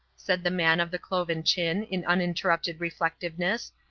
said the man of the cloven chin in uninterrupted reflectiveness,